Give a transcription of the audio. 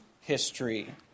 history